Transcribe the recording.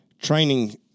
training